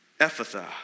Ephatha